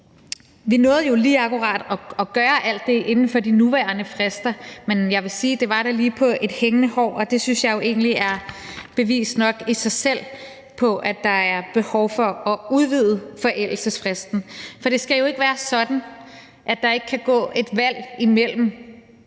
Vi nåede jo lige akkurat at gøre alt det inden for de nuværende frister, men jeg vil sige, at det da lige var på et hængende hår, og det synes jeg egentlig er bevis nok i sig selv på, at der er behov for at udvide forældelsesfristen. For det skal jo ikke være sådan, at der ikke kan gå et valg imellem,